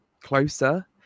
closer